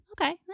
Okay